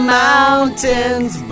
mountains